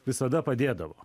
visada padėdavo